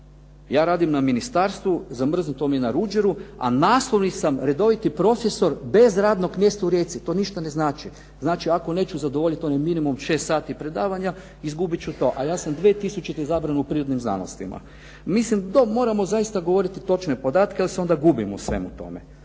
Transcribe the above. Ja radim na ministarstvu, zamrznuto mi je na Ruđeru, a naslovni sam, redoviti profesor bez radnog mjesta u Rijeci. To ništa ne znači. Znači ako neću zadovoljit onaj minimum šest sati predavanja izgubit ću to, a ja sam 2000. izabran u prirodnim znanostima. Mislim to moramo zaista govoriti točne podatke jer se onda gubimo u svemu tome.